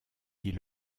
dit